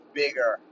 bigger